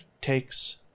takes